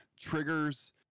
triggers